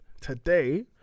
today